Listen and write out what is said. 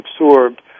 absorbed